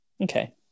Okay